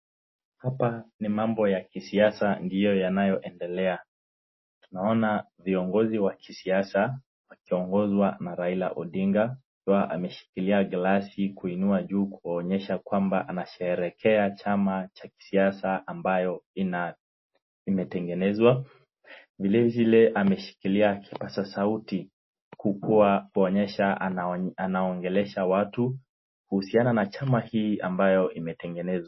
Hapa ni mambo ya kisiasa ndio yanayoendelea. Naona viongozi wa kisiasa wakiongozwa na Raia Ondinga akiwa ameshikilia girasi kuinua juu kuwaonyesha kwamba anasherehekea chama cha kisiasa ambayo ina imetengenezwa. Vile vile ameshikilia kipasa sauti kukuwa kuwaonyesha anaongeresha watu kuhisiana na chama hii ambayo imetengenezwa.